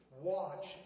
watch